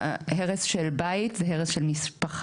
הרס של בית זה הרס של משפחה,